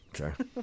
Okay